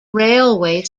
railway